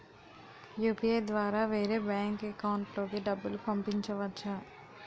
UPI ద్వారా వేరే bank account లోకి డబ్బులు పంపించవచ్చా?